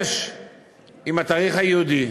שנשתמש בתאריך היהודי.